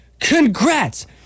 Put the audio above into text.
Congrats